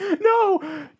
No